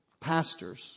pastors